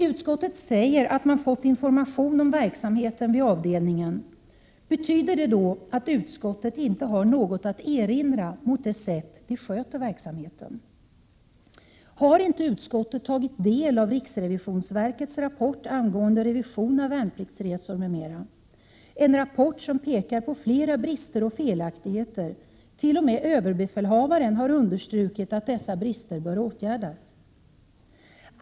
Utskottet säger att man fått information om verksamheten vid avdelningen — betyder det då att utskottet inte har något att erinra mot det sätt på vilket verksamheten sköts? Har inte utskottet tagit del av riksrevisionsverkets rapport angående revision av värnpliktsresor m.m.? Rapporten pekar på flera brister och felaktigheter, och t.o.m. överbefälhavaren har understrukit att dessa brister bör åtgärdas.